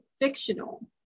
fictional